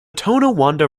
tonawanda